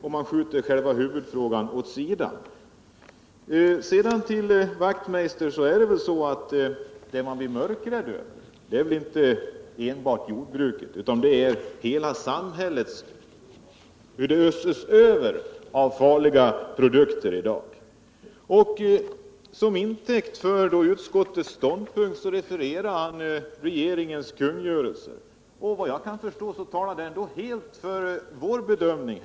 Men man skjuter huvudfrågan åt sidan. Till Hans Wachtmeister vill jag säga: Det man blir mörkrädd över är inte enbart jordbrukets utan hela samhällets giftanvändning. Vi överöses av farliga produkter i dag. Som försvar för utskottets ståndpunkt refererar han regeringens kungörelse. Men vad jag kan förstå talar den helt för vår bedömning.